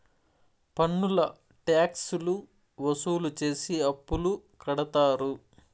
పన్నులు ట్యాక్స్ లు వసూలు చేసి అప్పులు కడతారు